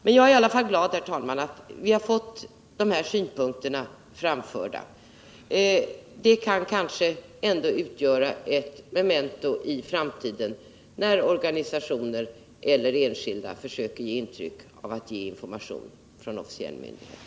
Men jag är glad, herr talman, att vi har fått dessa synpunkter framförda. De kan kanske ändå utgöra ett memento i framtiden, när organisationer eller enskilda försöker att ge intryck av att ge information från officiell myndighet.